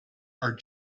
are